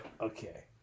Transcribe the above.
Okay